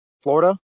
Florida